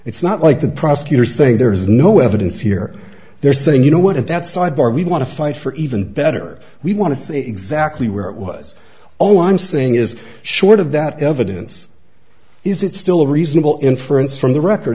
it's not like the prosecutor saying there is no evidence here they're saying you know what at that sidebar we want to fight for even better we want to see exactly where it was all i'm saying is short of that evidence is it still reasonable inference from the record